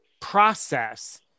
process